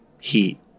heat